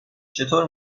چطور